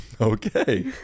Okay